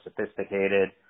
sophisticated